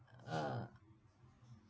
uh